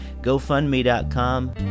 gofundme.com